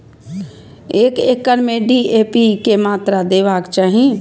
एक एकड़ में डी.ए.पी के मात्रा देबाक चाही?